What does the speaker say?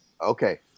Okay